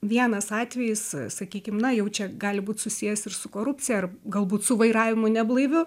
vienas atvejis sakykim na jau čia gali būt susijęs ir su korupcija ar galbūt su vairavimu neblaiviu